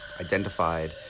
identified